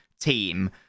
team